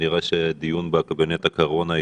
כנראה שהדיון בקבינט הקורונה יידחה.